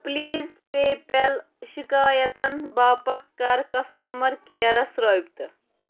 please پے پیل شِکایتن باپتھ کر کسٹمر کیرس رٲبطہٕ